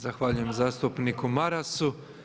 Zahvaljujem zastupniku Marasu.